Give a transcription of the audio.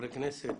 חברי כנסת